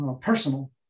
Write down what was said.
personal